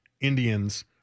Indians